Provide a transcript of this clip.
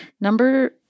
Number